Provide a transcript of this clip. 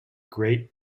great